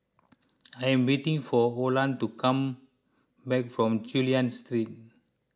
I'm waiting for Olan to come back from Chulia Street